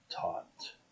taught